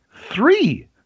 three